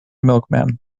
milkman